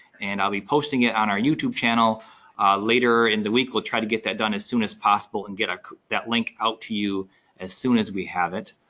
and i'll be posting it on our youtube channel later in the week. we'll try to get that done as soon as possible and get ah that link out to you as soon as we have it.